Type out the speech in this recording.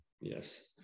Yes